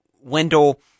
Wendell